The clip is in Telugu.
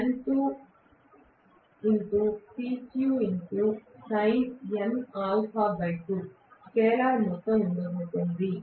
స్కేలార్ మొత్తం ఉండబోతోంది